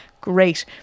great